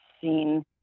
seen